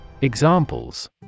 Examples